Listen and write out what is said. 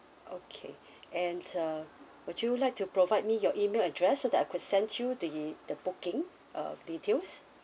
okay and uh would you like to provide me your email address so that I could send you the the booking uh details